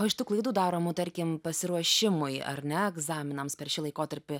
o iš tų klaidų daromų tarkim pasiruošimui ar ne egzaminams per šį laikotarpį